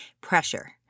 pressure